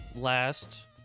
Last